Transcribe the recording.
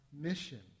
mission